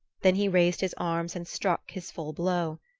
then he raised his arms and struck his full blow.